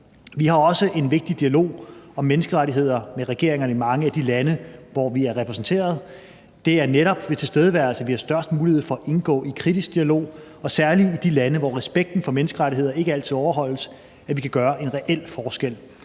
Vi har også en vigtig dialog om menneskerettigheder med regeringerne i mange af de lande, hvor vi er repræsenteret. Det er netop ved tilstedeværelse, vi har størst mulighed for at indgå i kritisk dialog, og særlig i de lande, hvor respekten for menneskerettigheder ikke altid overholdes, kan vi på den måde gøre en reel forskel.